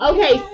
Okay